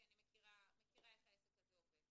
כי אני מכירה איך הדברים האלה עובדים,